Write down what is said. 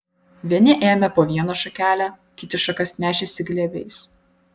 vieni ėmė po vieną šakelę kiti šakas nešėsi glėbiais